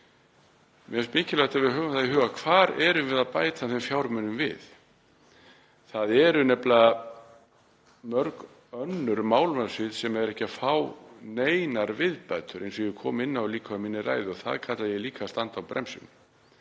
Mér finnst mikilvægt að við höfum í huga hvar við erum að bæta þeim fjármunum við. Það eru nefnilega mörg málefnasvið sem eru ekki að fá neinar viðbætur, eins og ég kom inn í minni ræðu og það kalla ég líka að standa á bremsunni.